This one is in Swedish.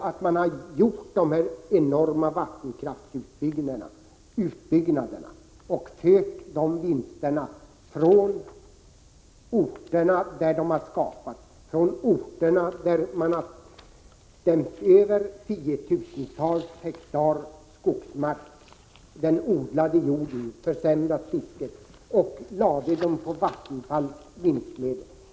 Vinsterna från de enorma vattenkraftsutbyggnaderna har kommit från orter där tiotusentals hektar skogsmark liksom odlad jord har försvunnit och där fisket har försämrats.